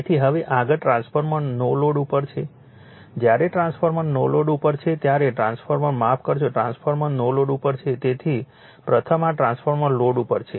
તેથી હવે આગળ ટ્રાન્સફોર્મર નો લોડ ઉપર છે જ્યારે ટ્રાન્સફોર્મર નો લોડ ઉપર છે ત્યારે ટ્રાન્સફોર્મર માફ કરશો ટ્રાન્સફોર્મર નો લોડ ઉપર છે તેથી પ્રથમ આ ટ્રાન્સફોર્મર લોડ ઉપર છે